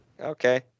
Okay